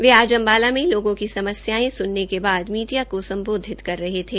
वे आज अम्बाला में लोगों की समस्यायें सुनने के बाद मीडिया को सम्बोधित कर रहे थे